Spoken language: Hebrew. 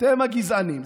אתם הגזענים.